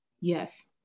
yes